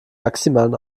maximalen